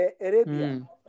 Arabia